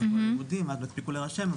הפסיקו להירשם.